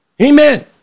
Amen